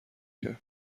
کرد